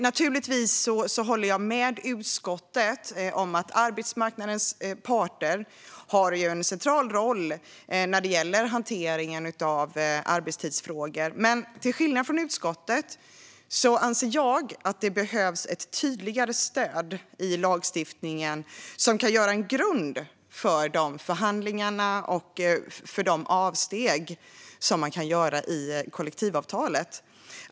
Naturligtvis håller jag med utskottet om att arbetsmarknadens parter har en central roll när det gäller hanteringen av arbetstidsfrågor. Till skillnad från utskottet anser jag dock att det behövs ett tydligare stöd i lagstiftningen som kan utgöra en grund för de förhandlingar och de avsteg som man kan göra i kollektivavtalet.